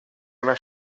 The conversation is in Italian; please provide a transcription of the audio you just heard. una